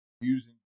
using